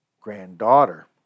granddaughter